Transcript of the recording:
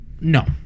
No